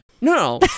No